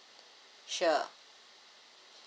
sure